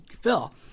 Phil